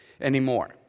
anymore